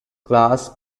class